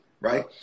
right